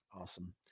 Awesome